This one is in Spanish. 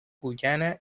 guyana